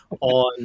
on